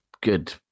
good